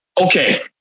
Okay